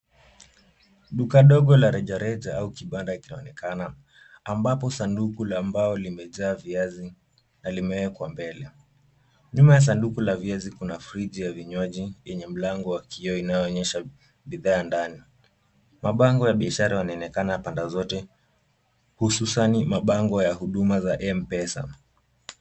Duka ndogo la rejareja au kibanda kinaonekana ambapo sanduku la mbao limejaa viazi na limewekwa mbele, nyuma ya sanduku la viazi kuna friji ya vinywaji, yenye mlango wa kioo inayoonyesha bidhaa ndani. Mabango ya biashara yanaonekana panda zote hususani mabango ya huduma za M-Pesa.